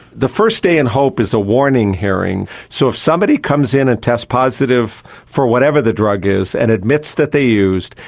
the first day in hope is a warning hearing. so if somebody comes in and tests positive for whatever the drug is and admits that they used,